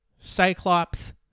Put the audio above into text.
Cyclops